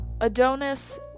adonis